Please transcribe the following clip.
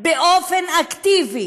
באופן אקטיבי